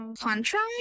contract